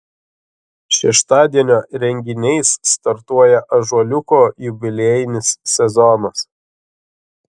šeštadienio renginiais startuoja ąžuoliuko jubiliejinis sezonas